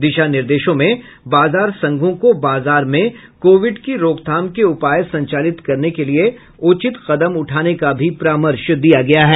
दिशा निर्देशों में बाजार संघों को बाजारों में कोविड की रोकथाम के उपाय संचालित करने के उचित कदम उठाने का भी परामर्श दिया गया है